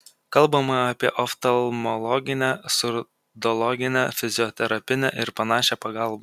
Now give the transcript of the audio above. kalbama apie oftalmologinę surdologinę fizioterapinę ir panašią pagalbą